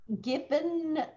Given